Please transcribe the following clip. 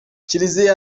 kiliziya